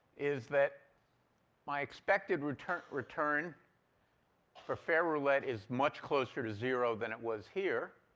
is that my expected return return for fair roulette is much closer to zero than it was here.